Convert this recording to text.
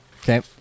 Okay